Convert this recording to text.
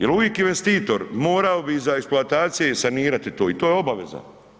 Jel uvijek investitor morao bi iza eksploatacije sanirati to i to je obaveza.